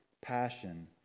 passion